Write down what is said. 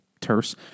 terse